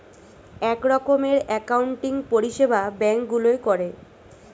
এক রকমের অ্যাকাউন্টিং পরিষেবা ব্যাঙ্ক গুলোয় করে